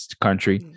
country